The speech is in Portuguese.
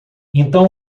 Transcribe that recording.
então